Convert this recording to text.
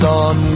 on